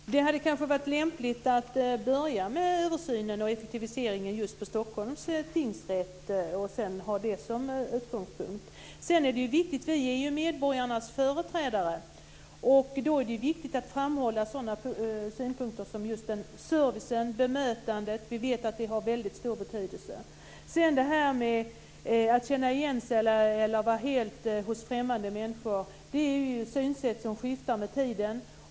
Fru talman! Det hade kanske varit lämpligt att börja med översynen och effektiviseringen just i Stockholms tingsrätt och sedan ha det som utgångspunkt. Vi är ju medborgarnas företrädare, och då är det viktigt att framhålla sådana synpunkter som servicen och bemötandet. Vi vet att det har väldigt stor betydelse. Att känna igen sig eller känna sig vara hos helt främmande människor är ett synsätt som skiftar med tiden.